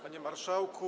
Panie Marszałku!